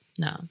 No